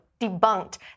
DEBUNKED